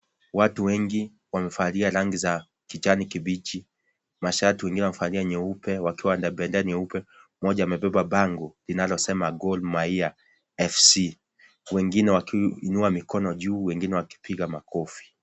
Watu wengi wamevalia rangi za kijani kibichi mashati wengine wamevalia nyeupe wakiwa na bendera nyeupe. Mmoja amebeba bango linalosmea Gormahia FC wengine wakiinua mikono juu wengine wakipiga makofi.